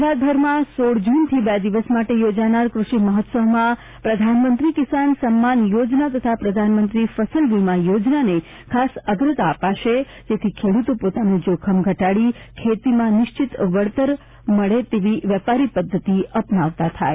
ગુજરાતભરમાં સોળ જૂનથી બે દિવસ માટે યોજાનાર કૃષિ મહોત્સવમાં પ્રધાનમંત્રી કિસાન સન્માન યોજના તથા પ્રધાનમંત્રી ફસલ વિમા યોજનાને ખાસ અગ્રતા અપાશે જેથી ખેડૂતો પોતાનું જોખમ ઘટાડી ખેતીમાં નિશ્ચિત વળતર મળે તેવી વેપારી પદ્ધતિ અપનાવતા થાય